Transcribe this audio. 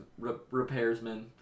repairsman